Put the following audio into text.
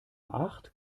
acht